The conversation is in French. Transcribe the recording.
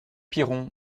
piron